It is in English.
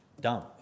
dumb